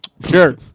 Sure